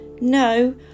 No